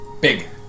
Big